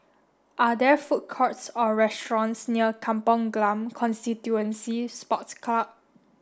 are there food courts or restaurants near Kampong Glam Constituency Sports Club